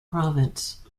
province